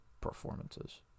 performances